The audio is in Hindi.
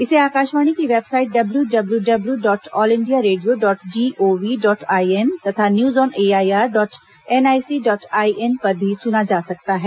इसे आकाशवाणी की website W W W dot all India radio dot GOV dot IN तथा news on AIR dot NIC dot IN पर भी सुना जा सकता है